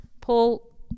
Paul